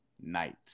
night